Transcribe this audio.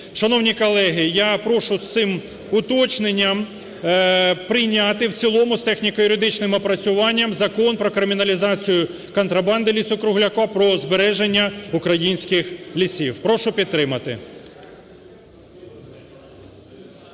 Шановні колеги, я прошу з цим уточненням прийняти в цілому з техніко-юридичним опрацювання Закон про криміналізацію контрабанди лісу-кругляка, про збереження українських лісів. Прошу підтримати.